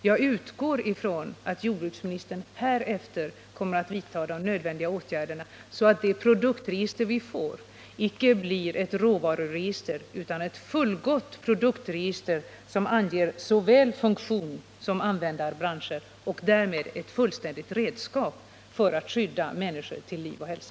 Jag utgår från att jordbruksministern härefter kommer att vidta nödvändiga åtgärder, så att det produktregister vi får inte blir ett råvaruregister utan ett fullgott produktregister som anger såväl funktion som användarbranscher och därmed blir ett fullständigt redskap för att skydda människor till liv och hälsa.